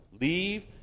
Leave